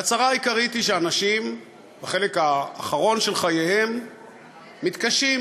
והצרה העיקרית היא שאנשים בחלק האחרון של חייהם מתקשים,